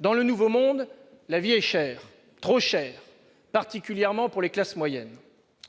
Dans le « nouveau monde », la vie est chère, trop chère, particulièrement pour les classes moyennes.